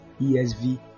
ESV